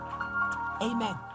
Amen